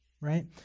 right